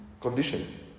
condition